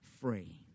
free